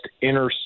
inner